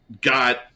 got